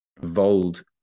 Vold